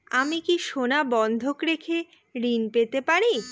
আমি কি সোনা বন্ধক রেখে ঋণ পেতে পারি?